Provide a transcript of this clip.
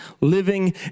living